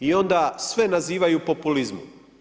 I onda sve nazivaju populizmom.